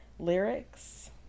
Lyrics